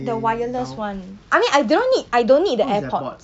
the wireless [one] I mean I do not need I don't need the AirPods